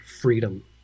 freedom